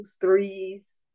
threes